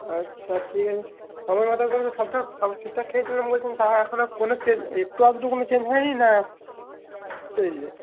আচ্ছা ঠিক আছে সময় মতো করে সবটা সব ঠিকঠাক খেয়েছিলেন বলছেন তাও এখনও কোনো চেঞ্জ একটু আধটু কোনো চেঞ্জ হয়নি না হয়েছে